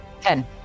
Ten